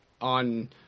on